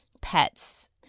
pets